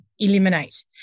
eliminate